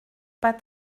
pas